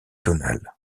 tonal